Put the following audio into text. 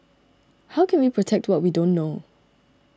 how can we protect what we don't know